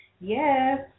Yes